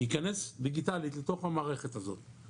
ייכנס דיגיטלית לתוך המערכת הזאת,